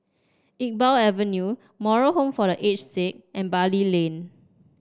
Iqbal Avenue Moral Home for The Aged Sick and Bali Lane